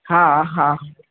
हा हा